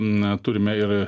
na turime ir